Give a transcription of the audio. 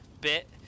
bit